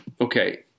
Okay